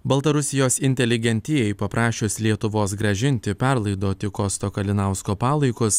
baltarusijos inteligentijai paprašius lietuvos grąžinti perlaidoti kosto kalinausko palaikus